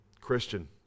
Christian